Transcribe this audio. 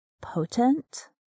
potent